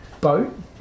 Boat